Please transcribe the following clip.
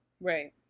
Right